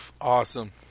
Awesome